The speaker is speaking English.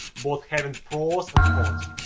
both having pros and cons.